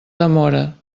demora